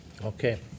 Okay